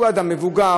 הוא אדם מבוגר,